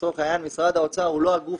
לצורך העניין, משרד האוצר הוא לא הגוף